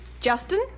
Justin